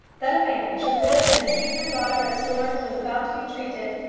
that a man should live and treat her daughter as florence was about to be treated!